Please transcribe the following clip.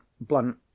blunt